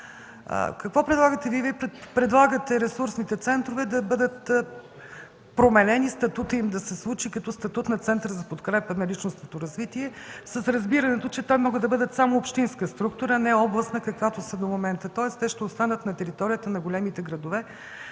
Какво предлагате? Вие предлагате ресурсните центрове да бъдат променени, статутът им да се случи като статут на Център за подкрепа на личностното развитие с разбирането, че могат да бъдат само общинска структура, а не областна, каквато са до момента. Тоест те ще останат на територията на големите градове,